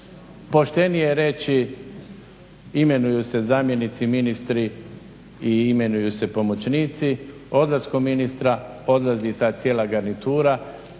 poštenije je reći imenuju se zamjenici, ministri i imenuju se pomoćnici, odlaskom ministra odlazi i ta cijela garnitura